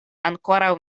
ankoraŭ